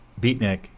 Beatnik